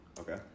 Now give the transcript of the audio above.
Okay